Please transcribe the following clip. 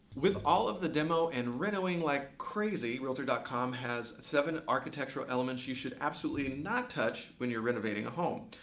with all of the demo and reno-ing like crazy, realtor dot com has seven architectural elements you should absolutely not touch when you're renovating a home.